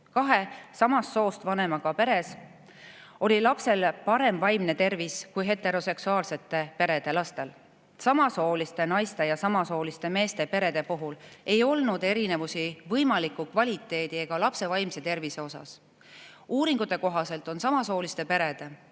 Kahe samast soost vanemaga peres oli lastel parem vaimne tervis kui heteroseksuaalsete perede lastel. Naiste ja meeste samasooliste perede puhul ei olnud erinevusi [lastekasvatuse] kvaliteedi ega lapse vaimse tervise poolest. Uuringute kohaselt on samasoolistel peredel,